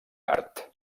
art